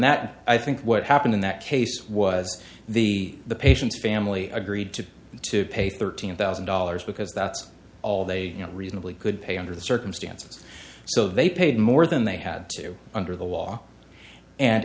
that i think what happened in that case was the patient's family agreed to to pay thirteen thousand dollars because that's all they reasonably could pay under the circumstances so they paid more than they had to under the law and